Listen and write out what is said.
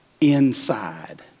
inside